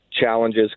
challenges